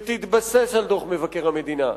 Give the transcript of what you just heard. שתתבסס על דוח מבקר המדינה,